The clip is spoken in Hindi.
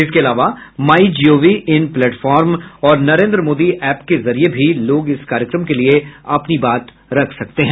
इसके अलावा माई जीओवी इन प्लेटफॉर्म और नरेन्द्र मोदी एप के जरिये भी लोग इस कार्यक्रम के लिए अपनी बात रख सकते हैं